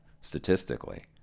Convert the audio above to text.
statistically